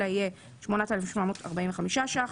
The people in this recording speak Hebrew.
אלא יהיה 8,745 ש"ח,